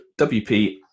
WP